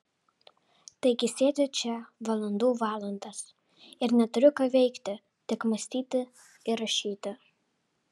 taigi sėdžiu čia valandų valandas ir neturiu ką veikti tik mąstyti ir rašyti